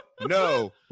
no